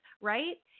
right